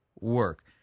work